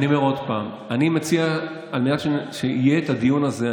אני אומר עוד פעם: על מנת שיהיה הדיון הזה,